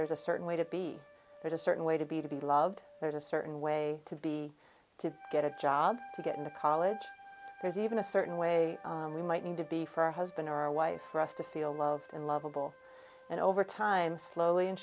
there's a certain way to be a certain way to be to be loved there's a certain way to be to get a job to get into college there's even a certain way we might need to be for a husband or a wife for us to feel loved and lovable and over time slowly and